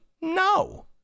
no